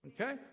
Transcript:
Okay